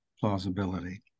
plausibility